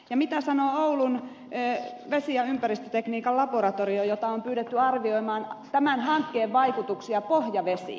ja mitä sanoo oulun vesi ja ympäristötekniikan laboratorio jota on pyydetty arvioimaan tämän hankkeen vaikutuksia pohjavesiin